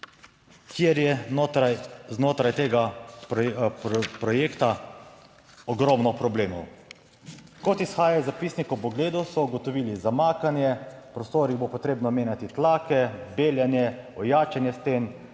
znotraj, znotraj tega projekta ogromno problemov. Kot izhaja iz zapisnika v Pogledu so ugotovili zamakanje, v prostorih bo potrebno menjati tlake, beljenje, ojačanje sten,